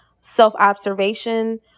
self-observation